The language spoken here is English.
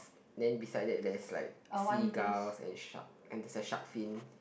then beside that that is like seagull and shark and there is a shark fin